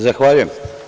Zahvaljujem.